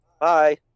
bye